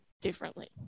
differently